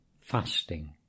fasting